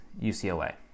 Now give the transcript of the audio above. UCLA